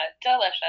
delicious